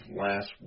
last –